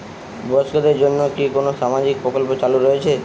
বয়স্কদের জন্য কি কোন সামাজিক প্রকল্প চালু রয়েছে?